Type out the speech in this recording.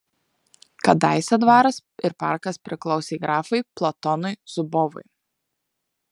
kadaise dvaras ir parkas priklausė grafui platonui zubovui